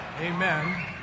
Amen